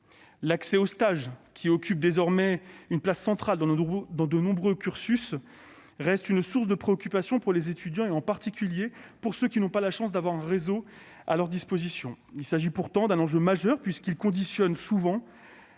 L'accès aux stages, qui occupent désormais une place centrale dans de nombreux cursus, reste une source de préoccupation pour les étudiants, en particulier pour ceux qui n'ont pas la chance d'avoir un réseau à leur disposition. Il s'agit pourtant d'un enjeu majeur, puisque les stages conditionnent souvent